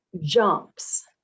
jumps